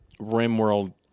Rimworld